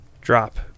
drop